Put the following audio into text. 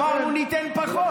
אמרנו, ניתן פחות.